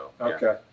okay